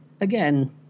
again